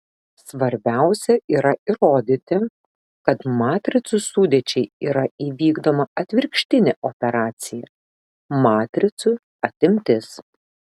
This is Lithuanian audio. svarbiausia yra įrodyti kad matricų sudėčiai yra įvykdoma atvirkštinė operacija matricų atimtis